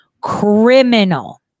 Criminal